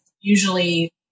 usually